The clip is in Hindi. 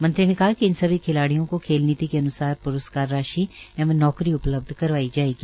उन्होंने कहा कि इन सभी खिलाडिय़ों को खेल नीति के अन्सार प्रस्कार राशि एवं नौकरी उपलब्ध करवाई जाएगी